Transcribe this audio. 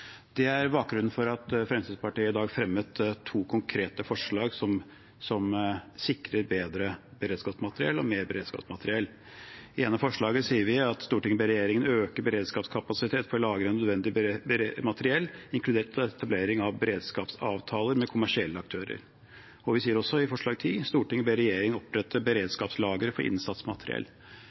Det er bakgrunnen for at Fremskrittspartiet i dag fremmet flere konkrete forslag som sikrer bedre beredskapsmateriell og mer beredskapsmateriell. I det ene forslaget sier vi: «Stortinget ber regjeringen øke beredskapskapasitet for lagring av nødvendig beredskapsmateriell, inkludert etablering av beredskapsavtaler med kommersielle aktører.» Vi sier også, i forslag 10: «Stortinget ber regjeringen opprette beredskapslagre for innsatsmateriell.»